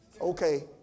okay